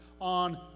on